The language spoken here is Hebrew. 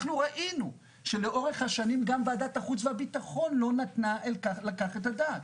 אנחנו ראינו שלאורך השנים גם ועדת החוץ והביטחון לא נתנה על כך הדעת.